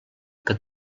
que